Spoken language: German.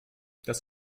das